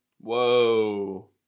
whoa